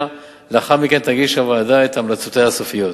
ולאחר מכן תגיש הוועדה את המלצותיה הסופיות.